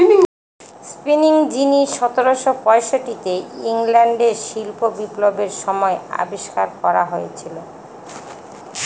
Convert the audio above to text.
spinning jenny সতেরোশো পয়ষট্টিতে ইংল্যান্ডে শিল্প বিপ্লবের সময় আবিষ্কার করা হয়েছিল